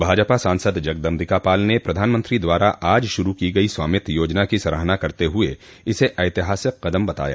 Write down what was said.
भाजपा सांसद जगदम्बिका पाल ने प्रधानमंत्री द्वारा आज शुरू की गई स्वामित्व योजना की सराहना करते हुए इसे एतिहासिक कदम बताया